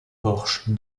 porche